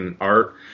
Art